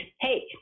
hey